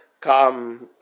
come